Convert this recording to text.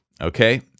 Okay